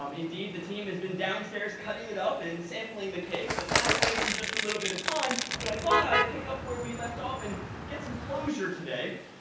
um indeed the team has been downstairs cutting it up, and sampling the cake, but that awaits in just a little bit of time. but i thought i'd pick up where we left off and get some closure today.